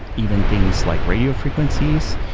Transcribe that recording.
even things like radio frequencies.